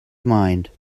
mind